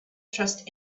trust